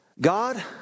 God